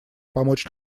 помочь